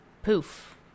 poof